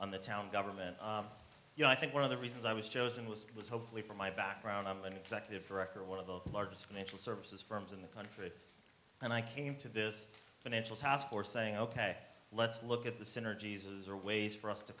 on the town government you know i think one of the reasons i was chosen was it was hopefully from my background i'm an executive director of one of the largest financial services firms in the country and i came to this financial taskforce saying ok let's look at the center jesus are ways for us to